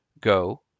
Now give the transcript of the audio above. go